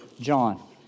John